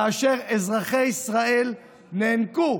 כאשר אזרחי ישראל נאנקו